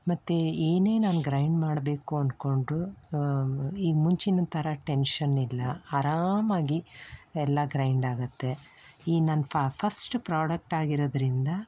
ಮತ್ತು ಏನೇನು ನಾನು ಗ್ರೈಂಡ್ ಮಾಡಬೇಕು ಅಂದ್ಕೊಂಡ್ರೂ ಈಗ ಮುಂಚಿನ ಥರ ಟೆನ್ಶನ್ ಇಲ್ಲ ಆರಾಮಾಗಿ ಎಲ್ಲ ಗ್ರೈಂಡ್ ಆಗುತ್ತೆ ಈ ನನ್ನ ಫಸ್ಟ್ ಪ್ರಾಡಕ್ಟ್ ಆಗಿರೋದರಿಂದ